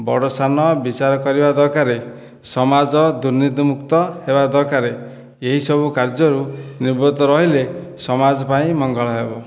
ବଡ଼ ସାନ ବିଚାର କରିବା ଦରକାର ସମାଜ ଦୁର୍ନୀତିମୁକ୍ତ ହେବା ଦରକାର ଏହିସବୁ କାର୍ଯ୍ୟରୁ ନିର୍ବୁତ୍ତ ରହିଲେ ସମାଜ ପାଇଁ ମଙ୍ଗଳ ହେବ